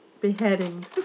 beheadings